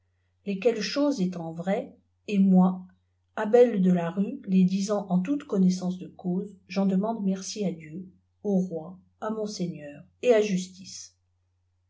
parvenir lesquelles choses étant vraies et moi afhel dé larue les disant en toute connaissance de cause feh deinande merci à dieu au roi à monseigneur et à justice